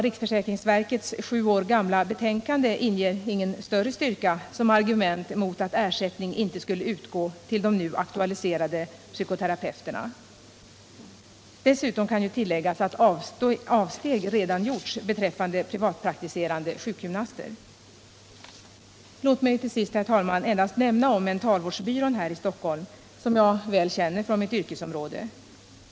Riksförsäkringsverkets sju år gamla betänkande är inget argument mot att ersättning skulle utgå till de nu aktualiserade psykoterapeuterna. Dessutom kan tilläggas att avsteg redan gjorts beträffande privatpraktiserande sjukgymnaster. Låt mig till sist endast nämna Mentalvårdsbyrån här i Stockholm, som jag väl känner från mitt yrkesområde.